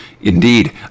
Indeed